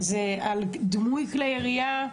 זה על דמוי כלי ירייה.